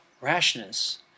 rashness